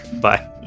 bye